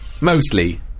mostly